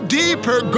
deeper